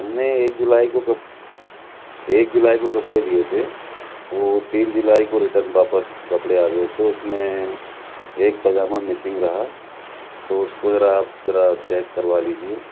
ہم نے ایک جولائی کو کپ ایک جولائی کو کپڑے دیے تھے وہ تین جولائی کو ریٹرن واپس کپڑے آ گئے تھے اس میں ایک پاجامہ مسنگ رہا تو اس کو ذرا آپ ذرا چیک کروا لیجیے